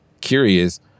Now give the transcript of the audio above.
curious